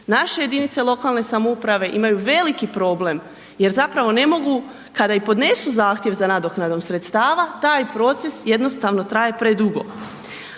naše jedinice lokalne samouprave imaju veliki problem jer zapravo ne mogu, kada i podnesu zahtjev za nadoknadom sredstava, taj proces jednostavno traje predugo.